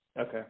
Okay